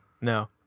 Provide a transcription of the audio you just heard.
No